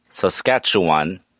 Saskatchewan